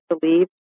believe